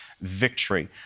victory